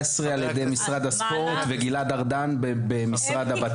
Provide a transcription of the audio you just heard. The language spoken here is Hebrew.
2017 על-ידי משרד הספורט וגלעד ארדן בבט"פ.